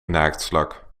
naaktslak